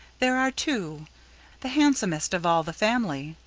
there are two the handsomest of all the family.